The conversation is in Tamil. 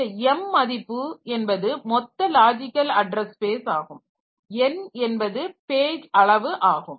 இந்த m மதிப்பு என்பது மொத்த லாஜிக்கல் அட்ரஸ் ஸ்பேஸ் ஆகும் n என்பது பேஜ் அளவு ஆகும்